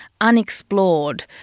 unexplored